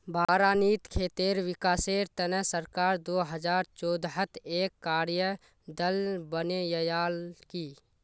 बारानीत खेतीर विकासेर तने सरकार दो हजार चौदहत एक कार्य दल बनैय्यालकी